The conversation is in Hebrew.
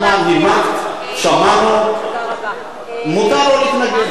אנא, נימקת, שמענו, מותר לו להתנגד.